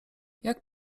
jak